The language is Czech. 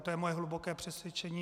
To je moje hluboké přesvědčení.